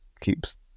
keeps